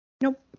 Nope